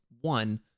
one